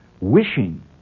wishing